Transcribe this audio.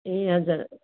ए हजुर